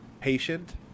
patient